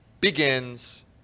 begins